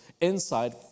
inside